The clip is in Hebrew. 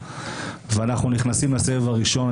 ואנחנו נכנסים לסבב הראשון.